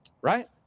Right